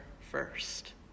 first